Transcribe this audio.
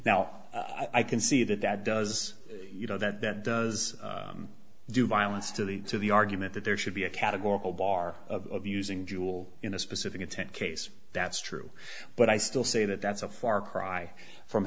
now i can see that that does you know that that does do violence to the to the argument that there should be a categorical bar of using jewel in a specific intent case that's true but i still say that that's a far cry from